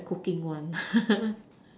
the cooking one